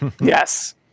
Yes